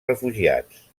refugiats